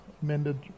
amended